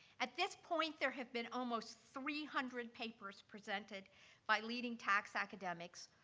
at this point, there have been almost three hundred papers presented by leading tax academics,